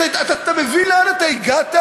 אתה מבין לאן אתה הגעת?